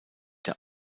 der